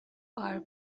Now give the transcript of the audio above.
are